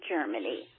Germany